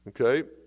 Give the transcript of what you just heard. Okay